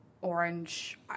orange